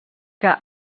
que